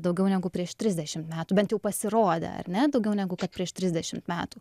daugiau negu prieš trisdešimt metų bent jų pasirodė ar ne daugiau negu kad prieš trisdešimt metų